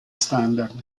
standard